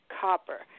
copper